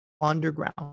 Underground